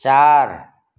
चार